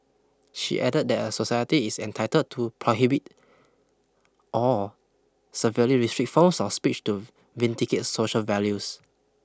she added that a society is entitled to prohibit or severely restrict forms of speech to vindicate social values